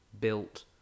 built